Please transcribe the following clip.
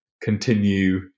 continue